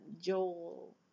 Joel